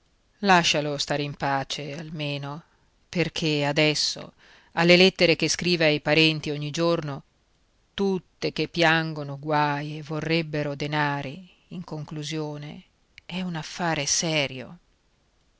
lascialo stare in pace almeno perché adesso alle lettere che scrive ai parenti ogni giorno tutte che piangono guai e vorrebbero denari in conclusione è un affare serio